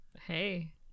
Hey